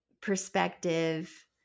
perspective